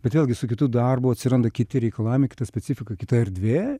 bet vėlgi su kitu darbu atsiranda kiti reikalavimai kita specifika kita erdvė